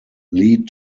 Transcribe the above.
lead